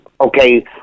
okay